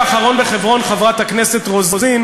חצי שנה אנשים